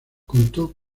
contó